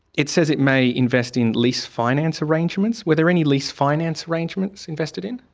it says it may invest in lease finance arrangements. were there any lease finance arrangements invested in?